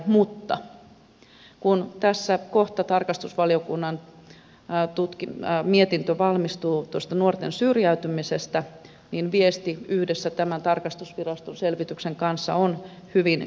mutta kun tässä kohta tarkastusvaliokunnan mietintö valmistuu nuorten syrjäytymisestä niin viesti yhdessä tämän tarkastusviraston selvityksen kanssa on hyvin yksiselitteinen